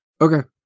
Okay